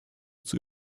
zur